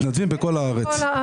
יש מתנדבים בכל הארץ.